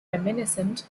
reminiscent